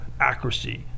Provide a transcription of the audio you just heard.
accuracy